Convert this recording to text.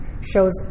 shows